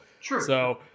True